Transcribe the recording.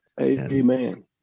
Amen